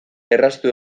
erraztu